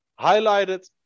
Highlighted